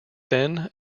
then